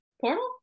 Portal